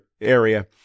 area